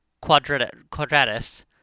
Quadratus